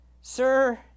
Sir